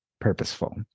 purposeful